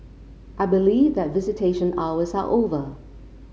I believe that visitation hours are over